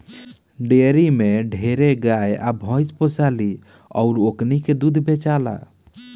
dairy में ढेरे गाय आ भइस पोसाली अउर ओकनी के दूध बेचाला